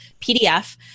PDF